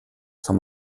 zur